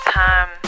time